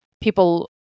people